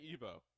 Evo